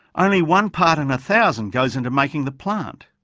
only one part in a thousand goes into making the plant.